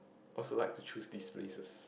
also like to choose these places